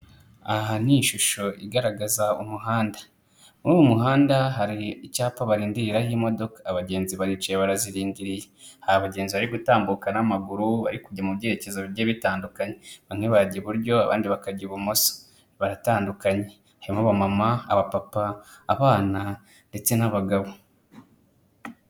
Aha ni ishusho igaragaza umuhanda, muri uwo muhanda hari icyapa barindiriraho imodoka, abagenzi baricaye barazirindiriye, hari abagenzi bari gutambuka n'amaguru bari kujya mu byerekezo bigiye bitandukanye, bamwe barajya iburyo abandi bakajya ibumoso. Baratandukanye, harimo abamama, abapapa, abana, ndetse n'abagabo.